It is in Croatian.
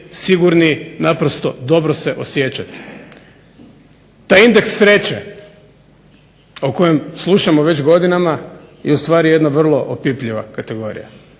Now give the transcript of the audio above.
sigurni, naprosto dobro se osjećati. Taj indeks sreće o kojem slušamo već godinama je ustvari jedna vrlo opipljiva kategorija,